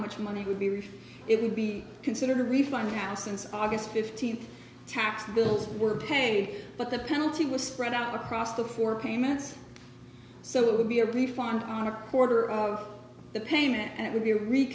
much money would be rich it would be considered a refund now since august fifteenth tax bills were paid but the penalty was spread out across the four payments so that would be a refund on a quarter of the payment and it would be